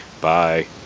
Bye